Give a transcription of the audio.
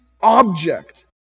object